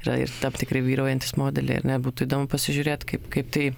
yra ir tam tikri vyraujantys modeliai ar ne būtų įdomu pasižiūrėt kaip kaip tai